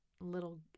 little